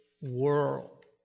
world